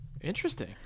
Interesting